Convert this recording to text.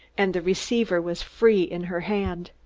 and the receiver was free in her hand.